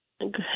Good